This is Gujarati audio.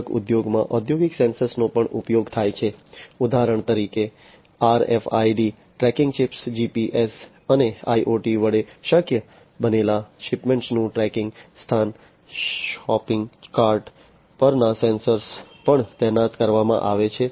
છૂટક ઉદ્યોગમાં ઔદ્યોગિક સેન્સર્સનો પણ ઉપયોગ થાય છે ઉદાહરણ તરીકે RFID ટ્રેકિંગ ચિપ્સ GPS અને IoT વડે શક્ય બનેલા શિપમેન્ટનું ટ્રેકિંગ સ્થાન શોપિંગ કાર્ટ પરના સેન્સર પણ તૈનાત કરવામાં આવે છે